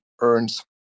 earns